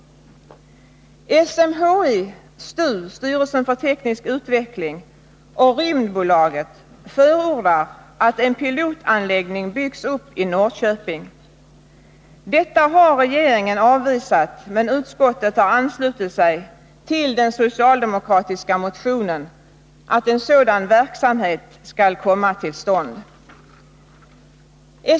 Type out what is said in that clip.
SMHI, STU och Rymdbolaget förordar att en pilotanläggning byggs upp i Norrköping. Detta har regeringen avvisat, men utskottet har anslutit sig till den socialdemokratiska motionen och anser att en sådan verksamhet bör komma till stånd.